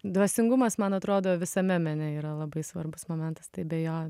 dvasingumas man atrodo visame mene yra labai svarbus momentas tai be jo